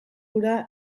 hura